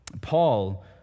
Paul